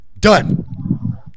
Done